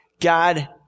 God